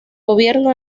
gobierno